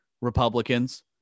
Republicans